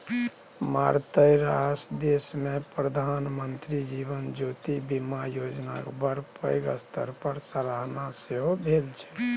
मारिते रास देशमे प्रधानमंत्री जीवन ज्योति बीमा योजनाक बड़ पैघ स्तर पर सराहना सेहो भेल छै